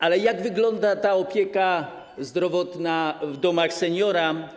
Ale jak wygląda opieka zdrowotna w domach seniora?